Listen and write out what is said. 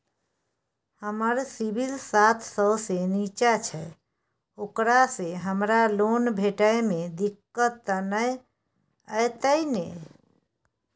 हमर सिबिल सात सौ से निचा छै ओकरा से हमरा लोन भेटय में दिक्कत त नय अयतै ने?